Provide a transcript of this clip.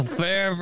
fair